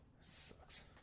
Sucks